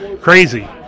Crazy